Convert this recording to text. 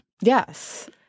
Yes